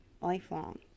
Lifelong